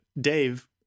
Dave